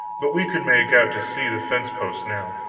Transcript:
but we could make out to see the fence posts now.